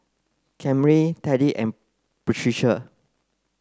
Camryn Teddy and Patricia